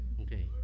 okay